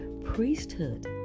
priesthood